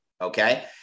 Okay